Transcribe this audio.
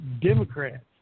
Democrats